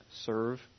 serve